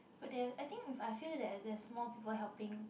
but that I think if I feel that there is more people helping